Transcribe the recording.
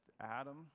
Adam